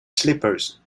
slippers